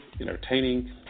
entertaining